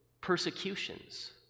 persecutions